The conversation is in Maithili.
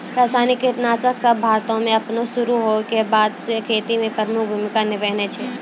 रसायनिक कीटनाशक सभ भारतो मे अपनो शुरू होय के बादे से खेती मे प्रमुख भूमिका निभैने छै